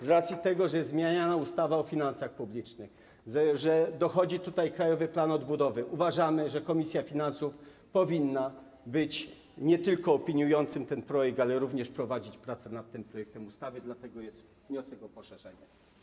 Z racji tego, że jest zmieniana ustawa o finansach publicznych, że dochodzi Krajowy Plan Odbudowy, uważamy, że komisja finansów powinna być nie tylko opiniującym ten projekt, ale również prowadzić prace nad tym projektem ustawy, dlatego jest wniosek o poszerzenie.